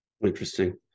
Interesting